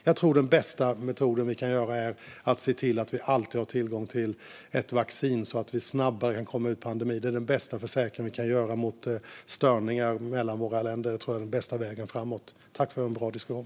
Jag tror att den bästa metoden vi kan använda är att se till att vi alltid har tillgång till ett vaccin så att vi snabbare kan komma ur en pandemi. Det är den bästa försäkring vi kan ha mot störningar mellan våra länder, och jag tror att det är den bästa vägen framåt. Tack för en bra diskussion!